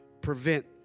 prevent